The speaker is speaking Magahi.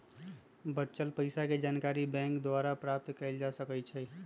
बच्चल पइसाके जानकारी बैंक द्वारा प्राप्त कएल जा सकइ छै